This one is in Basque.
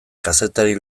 kazetari